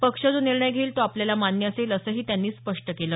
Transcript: पक्ष जो निर्णय घेईल तो आपल्याला मान्य असेल असंही त्यांनी स्पष्ट केलं